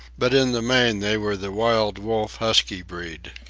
but in the main they were the wild wolf husky breed.